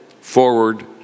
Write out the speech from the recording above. forward